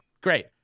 great